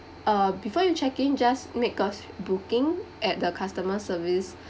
uh before you check in just make us booking at the customer service